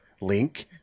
link